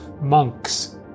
monks